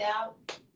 out